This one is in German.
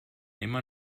immer